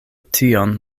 tion